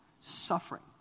suffering